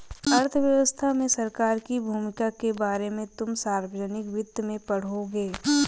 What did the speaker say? अर्थव्यवस्था में सरकार की भूमिका के बारे में तुम सार्वजनिक वित्त में पढ़ोगे